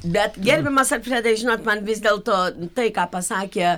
bet gerbiamas alfredai žinot man vis dėlto tai ką pasakė